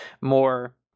more